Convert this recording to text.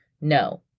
No